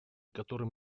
которым